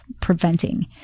preventing